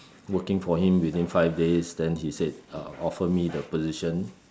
working for him within five days then he said uh offer me the position